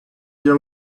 their